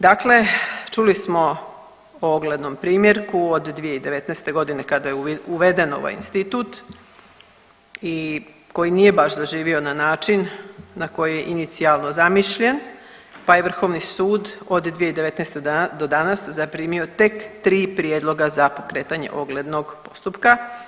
Dakle, čuli smo o oglednom primjerku od 2019.g. kada je uveden ovaj institut i koji nije baš zaživio na način na koji je inicijalno zamišljen, pa je vrhovni sud od 2019. do danas zaprimio tek 3 prijedloga za pokretanje oglednog postupka.